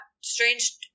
Strange